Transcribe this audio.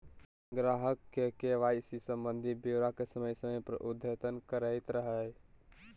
ग्राहक के के.वाई.सी संबंधी ब्योरा के समय समय पर अद्यतन करैयत रहइ